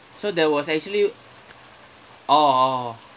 so there was actually oh oh